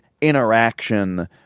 interaction